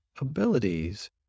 abilities